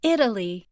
Italy